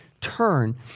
turn